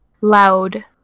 loud